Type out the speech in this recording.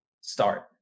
start